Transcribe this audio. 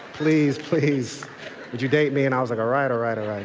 please, please would you date me and i was like, alright, alright, alright.